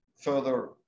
further